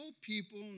people